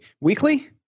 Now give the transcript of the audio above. weekly